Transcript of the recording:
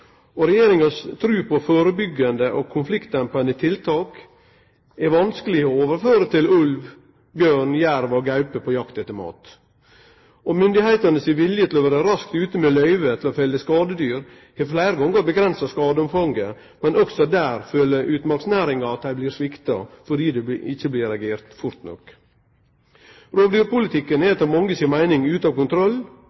Regjeringas tru på førebyggjande og konfliktdempande tiltak er vanskeleg å overføre til ulv, bjørn, jerv og gaupe på jakt etter mat. Og myndigheitene sin vilje til å vere raskt ute med løyve til å felle skadedyr har fleire gongar avgrensa skadeomfanget, men òg der føler utmarksnæringa at dei blir svikta, fordi det ikkje blir reagert fort nok. Rovdyrpolitikken er etter manges meining ute av kontroll, andre meiner at han er